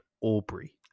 Aubrey